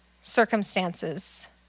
circumstances